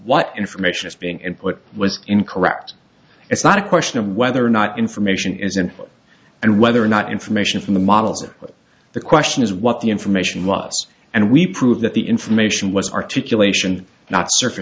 what information is being input was incorrect it's not a question of whether or not information is in and whether or not information from the models but the question is what the information was and we prove that the information was articulation not surf